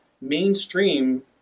mainstream